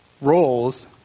roles